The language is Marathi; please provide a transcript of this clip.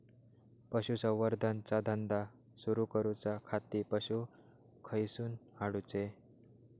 पशुसंवर्धन चा धंदा सुरू करूच्या खाती पशू खईसून हाडूचे?